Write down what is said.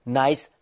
nice